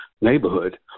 neighborhood